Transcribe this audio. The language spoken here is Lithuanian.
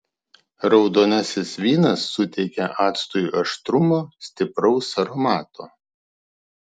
raudonasis vynas suteikia actui aštrumo stipraus aromato